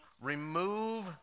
remove